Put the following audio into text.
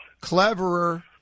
cleverer